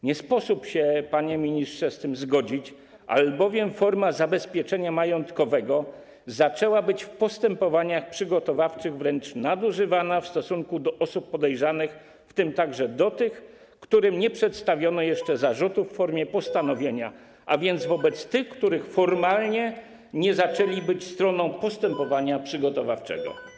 Nie sposób się, panie ministrze, z tym zgodzić, albowiem forma zabezpieczenia majątkowego zaczęła być w postępowaniach przygotowawczych wręcz nadużywania w stosunku do osób podejrzanych, w tym także do tych, którym nie przedstawiono jeszcze zarzutów w formie postanowienia, a więc wobec tych, którzy formalnie nie zaczęli być stroną postępowania przygotowawczego.